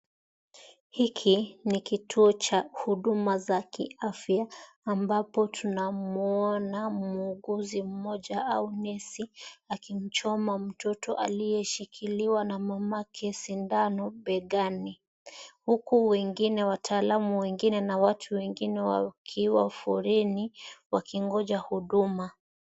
Hiki ni kituo cha huduma za kiafya ambapo tunamwona muuguzi mmoja au nesi akimchoma mtoto aliyeshikiliwa na mamake sindano begani huku wengine, wataalamu wengine na watu wengine wakiwa foleni wakingoja huduma.